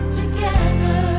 together